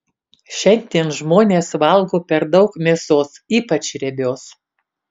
šiandien žmonės valgo per daug mėsos ypač riebios